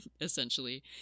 essentially